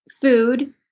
food